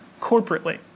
corporately